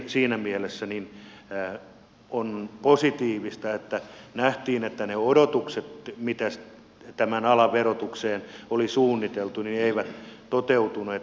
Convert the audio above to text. siinä mielessä on positiivista että nähtiin että ne odotukset mitä tämän alan verotukseen oli suunniteltu eivät toteutuneet